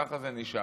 ככה זה נשאר.